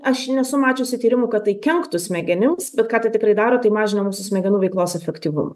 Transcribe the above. aš nesu mačiusi tyrimų kad tai kenktų smegenims bet ką tai tikrai daro tai mažina mūsų smegenų veiklos efektyvumą